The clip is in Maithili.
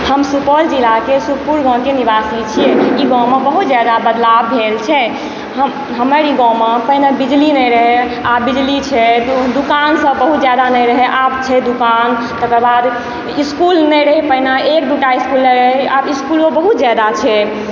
हम सुपौल जिलाके सुखपुर गाॅंवके निबासी छियै ई गाॅंवमे बहुत जादा बदलाब भेल छै हम हमर ई गाॅंवमे पहिने बिजली नहि रहै आब बिजली छै दुकान सभ बहुत जादा नहि रहै आब छै दुकान तकर बाद इसकुल नहि रहै पहिने एक दूटा रहै इसकुल आब इसकुलो बहुत जादा छै